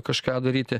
kažką daryti